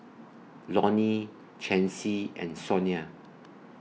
Lonny Chancey and Sonia